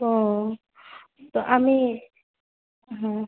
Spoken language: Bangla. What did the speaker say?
ও তো আমি হুম